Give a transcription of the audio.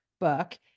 book